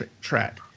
track